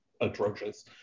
atrocious